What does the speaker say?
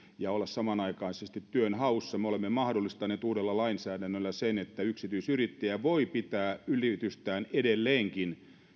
ja olla samanaikaisesti työnhaussa me olemme mahdollistaneet uudella lainsäädännöllä sen että yksityisyrittäjä voi pitää yritystään edelleenkin